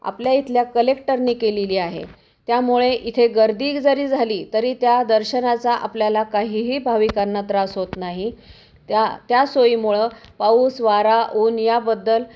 आपल्या इथल्या कलेक्टरनी केलेली आहे त्यामुळे इथे गर्दी जरी झाली तरी त्या दर्शनाचा आपल्याला काहीही भाविकांना त्रास होत नाही त्या त्या सोयीमुळं पाऊस वारा ऊन याबद्दल